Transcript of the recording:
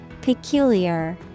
Peculiar